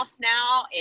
now